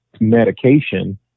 medication